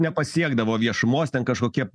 nepasiekdavo viešumos ten kažkokie